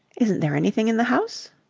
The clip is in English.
isn't there anything in the house?